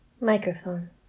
Microphone